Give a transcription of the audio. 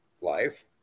life